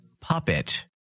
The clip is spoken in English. puppet